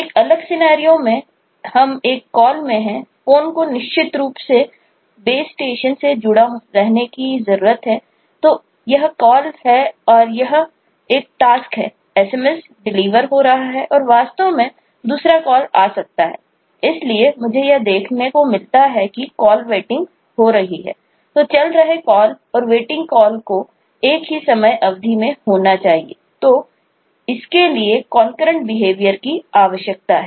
एक अलग सिनेरिओ की आवश्यकता है